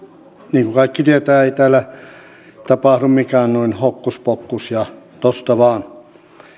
niin kuin kaikki tietävät ei täällä tapahdu mikään noin hokkuspokkus ja tuosta vaan